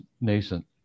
nascent